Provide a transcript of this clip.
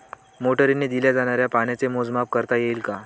मोटरीने दिल्या जाणाऱ्या पाण्याचे मोजमाप करता येईल का?